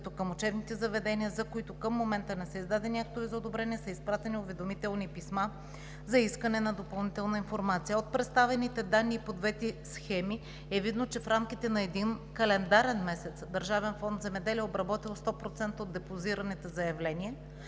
към учебните заведения, за които към момента не са издадени актове за одобрение, са изпратени уведомителни писма за искане на допълнителна информация. От представените данни по двете схеми е видно, че в рамките на един календарен месец Държавен фонд „Земеделие“ е обработил 100% от депозираните заявления,